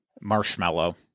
Marshmallow